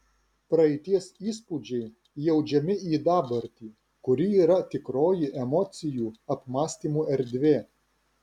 praeities įspūdžiai įaudžiami į dabartį kuri yra tikroji emocijų apmąstymų erdvė